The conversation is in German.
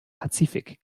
pazifik